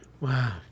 Wow